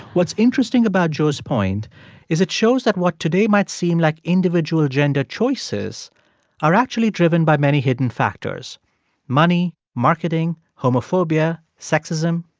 what's interesting about jo's point is it shows that what today might seem like individual gender choices are actually driven by many hidden factors money, marketing, homophobia, sexism.